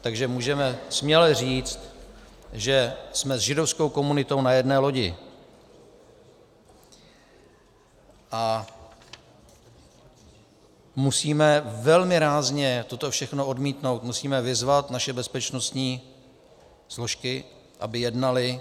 Takže můžeme směle říct, že jsme s židovskou komunitou na jedné lodi, a musíme velmi rázně toto všechno odmítnout, musíme vyzvat naše bezpečnostní složky, aby jednaly.